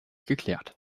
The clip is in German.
geklärt